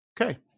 okay